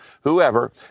whoever